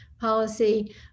policy